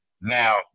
now